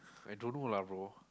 I don't know lah bro